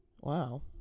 wow